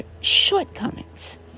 shortcomings